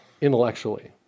intellectually